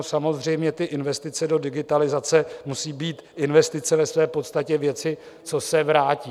Samozřejmě investice do digitalizace musí být investice ve své podstatě věci, co se vrátí.